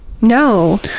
no